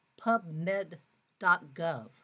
PubMed.gov